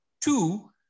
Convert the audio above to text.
Two